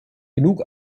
genug